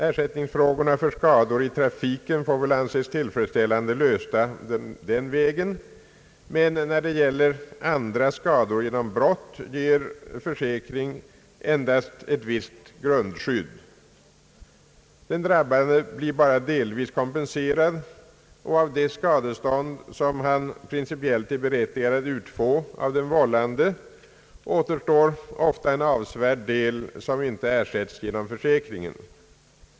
Frågorna om ersättning för skador i trafiken får väl anses tillfredsställande lösta den vägen, men när det gäller andra skador genom brott ger försäkring endast ett visst grundskydd. Den drabbade blir bara delvis kompenserad, och av det skadestånd som han principiellt är berättigad att utfå från den vållande återstår ofta en avsevärd del som inte ersätts genom försäkringar.